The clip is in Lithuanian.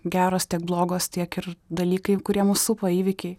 geros tiek blogos tiek ir dalykai kurie mus supa įvykiai